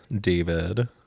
david